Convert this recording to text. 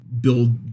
build